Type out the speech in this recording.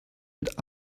mit